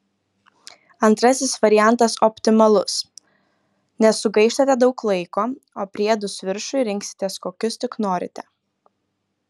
antrasis variantas optimalus nesugaištate daug laiko o priedus viršui rinksitės kokius tik norite